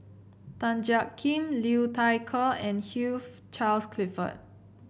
Tan Jiak Kim Liu Thai Ker and Hugh Charles Clifford